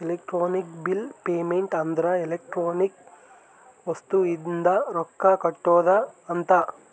electronic bill payment ಅಂದ್ರ electronic ವಸ್ತು ಇಂದ ರೊಕ್ಕ ಕಟ್ಟೋದ ಅಂತ